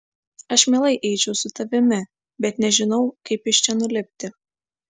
aš mielai eičiau su tavimi bet nežinau kaip iš čia nulipti